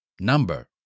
number